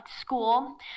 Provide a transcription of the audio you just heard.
school